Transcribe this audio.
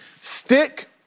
Stick